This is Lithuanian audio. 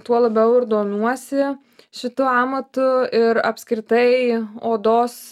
tuo labiau ir domiuosi šituo amatu ir apskritai odos